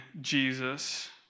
Jesus